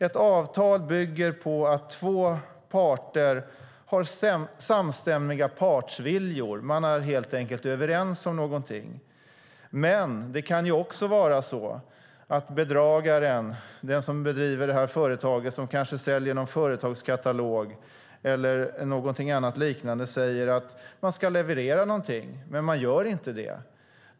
Ett avtal bygger på att två parter har samstämmiga partsviljor, man är helt enkelt överens om något. Men bedragaren - den som driver företaget som kanske säljer en företagskatalog eller något liknande - säger att denne ska leverera någonting men gör inte det.